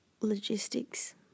logistics